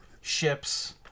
ships